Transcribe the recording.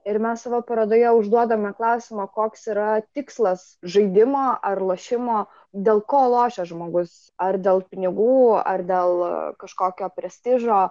ir mes savo parodoje užduodame klausimą koks yra tikslas žaidimo ar lošimo dėl ko lošia žmogus ar dėl pinigų ar dėl kažkokio prestižo